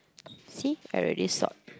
see I already sort